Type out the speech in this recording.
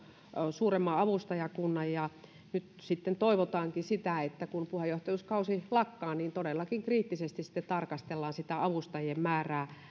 suuremman avustajakunnan ja nyt sitten toivotaankin että kun puheenjohtajuuskausi lakkaa niin todellakin kriittisesti sitten tarkastellaan sitä avustajien määrää